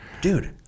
dude